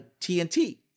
TNT